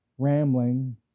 Rambling